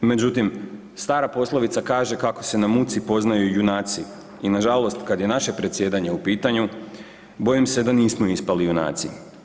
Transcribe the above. Međutim stara poslovica kaže „kako se na muci poznaju junaci“ i na žalost kada je naše predsjedanje u pitanju bojim se da nismo ispali junaci.